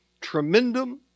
tremendum